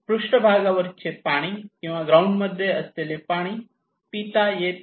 पृष्ठभागावर चे पाणी किंवा ग्राउंड मध्ये असलेले पाणी पिता येत नाही